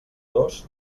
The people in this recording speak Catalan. dos